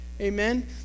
Amen